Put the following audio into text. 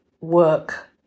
work